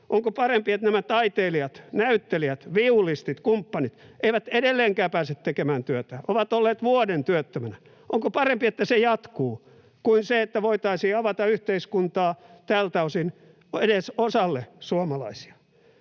Onko parempi, että nämä taiteilijat, näyttelijät, viulistit ja kumppanit eivät edelleenkään pääse tekemään työtään? Ja he ovat olleet vuoden työttöminä. Onko parempi, että se jatkuu, kuin että voitaisiin avata yhteiskuntaa tältä osin edes osalle suomalaisia?